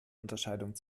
unterscheidung